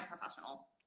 professional